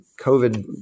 COVID